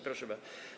Proszę bardzo.